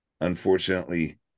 unfortunately